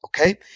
Okay